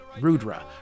Rudra